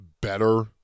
better